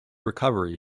recovery